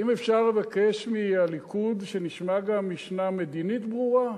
האם אפשר לבקש מהליכוד שנשמע גם משנה מדינית ברורה?